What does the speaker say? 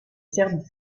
serbie